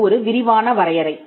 அது ஒரு விரிவான வரையறை